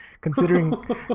Considering